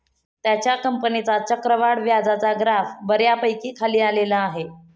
त्याच्या कंपनीचा चक्रवाढ व्याजाचा ग्राफ बऱ्यापैकी खाली आलेला आहे